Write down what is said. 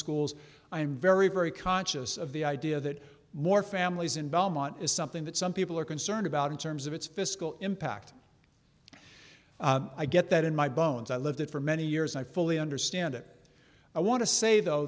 schools i am very very conscious of the idea that more families in belmont is something that some people are concerned about in terms of its fiscal impact i get that in my bones i lived it for many years i fully understand it i want to say though